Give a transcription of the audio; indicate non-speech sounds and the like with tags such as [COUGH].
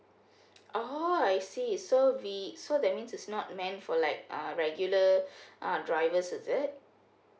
oh I see so we so that means it's not meant for like uh regular [BREATH] uh drivers is it